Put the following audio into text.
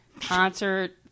concert